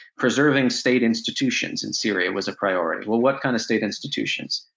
preserving state institutions in syria was a priority. well, what kind of state institutions?